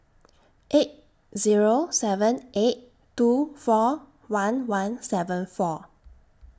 eight Zero seven eight two four one one seven four